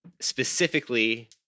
specifically